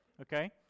Okay